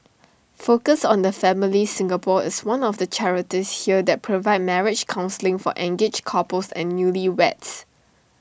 focus on the family Singapore is one of the charities here that provide marriage counselling for engaged couples and newly weds